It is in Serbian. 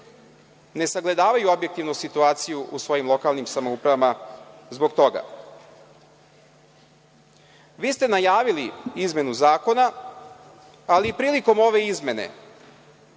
ne sagledavaju objektivno situaciju u svojim lokalnim samoupravama zbog toga? Vi ste najavili izmenu zakona, ali prilikom ove izmene